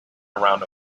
around